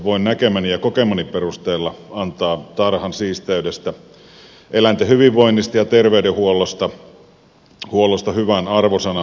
voin näkemäni ja kokemani perusteella antaa tarhan siisteydestä eläinten hyvinvoinnista ja terveydenhuollosta hyvän arvosanan